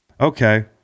Okay